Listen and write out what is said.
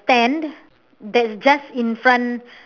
stand that's just in front